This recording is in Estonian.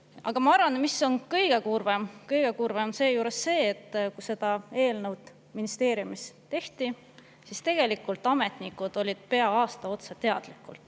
liikuda. Ja mis on kõige kurvem: kõige kurvem on see, et kui seda eelnõu ministeeriumis tehti, siis tegelikult ametnikud olid pea aasta otsa teadlikud,